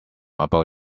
about